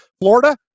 Florida